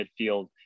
midfield